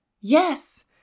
Yes